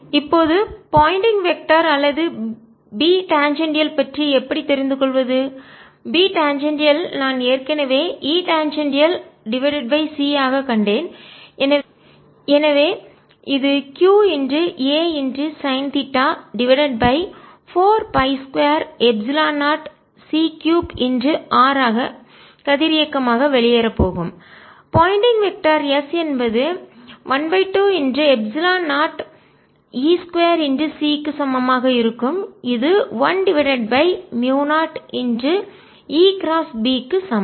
இப்போது Poynting vector திசையன் அல்லது B டேன்ஜென்ஷியல் பற்றி எப்படி தெரிந்துகொள்வது B டாஞ்சேண்டியால் நான் ஏற்கனவே E டாஞ்சேண்டியால்C ஆகக் கண்டேன் எனவே இது q a sine theta divided by 4 π 2 epsilon 0 c3 r ஆக கதிரியக்கமாக வெளியேறப் போகும் போயிண்டிங் வெக்டார் திசையன் S என்பது 12 எப்சிலான் 0 E 2 c க்கு சமமாக இருக்கும் இது 1டிவைடட் பை மியூ0 E கிராஸ் B க்கு சமம்